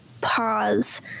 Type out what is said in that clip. pause